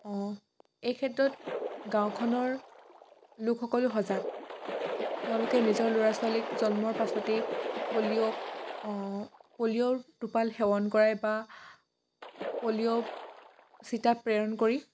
এই ক্ষেত্ৰত গাঁওখনৰ লোকসকলো সজাগ তেওঁলোকে নিজৰ ল'ৰা ছোৱালীক জন্মৰ পাছতেই পলিঅ' পলিঅ'ৰ টোপাল সেৱন কৰায় বা পলিঅ' চিটা প্ৰেৰণ কৰি